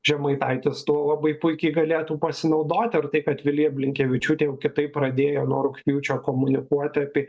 žemaitaitis tuo labai puikiai galėtų pasinaudoti ir tai kad vilija blinkevičiūtė jau kitaip pradėjo nuo rugpjūčio komunikuoti apie